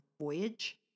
voyage